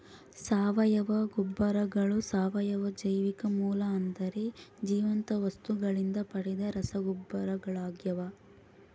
ಸಾವಯವ ಗೊಬ್ಬರಗಳು ಸಾವಯವ ಜೈವಿಕ ಮೂಲ ಅಂದರೆ ಜೀವಂತ ವಸ್ತುಗಳಿಂದ ಪಡೆದ ರಸಗೊಬ್ಬರಗಳಾಗ್ಯವ